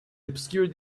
obscured